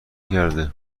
کرده